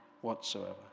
whatsoever